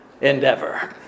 endeavor